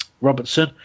Robertson